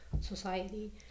society